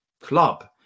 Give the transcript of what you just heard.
club